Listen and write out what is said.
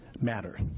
matter